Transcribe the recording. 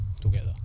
together